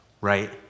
right